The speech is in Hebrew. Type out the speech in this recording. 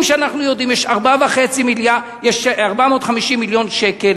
שאנחנו יודעים עליהם יש 450 מיליון שקל